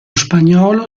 spagnolo